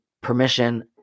permission